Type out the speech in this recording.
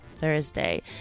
Thursday